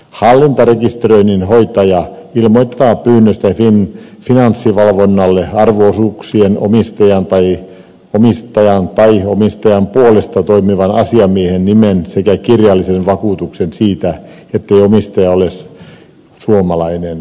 hallintarekisteröinnin hoitaja ilmoittaa pyynnöstä finanssivalvonnalle arvo osuuksien omistajan tai omistajan puolesta toimivan asiamiehen nimen sekä kirjallisen vakuutuksen siitä ettei omistaja ole suomalainen